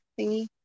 thingy